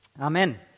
Amen